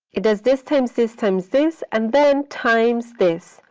it does this times this times this, and then times this.